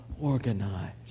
organized